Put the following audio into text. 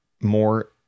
more